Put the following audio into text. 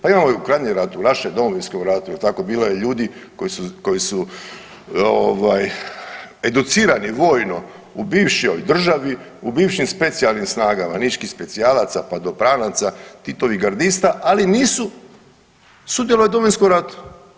Pa imamo i u … ratu našem Domovinskom ratu jel tako bilo je ljudi koji su educirani vojno u bivšoj državi u bivšim specijalnim snagama, niških specijalaca padobranaca, Titovih gardista, ali nisu sudjelovali u Domovinskom ratu.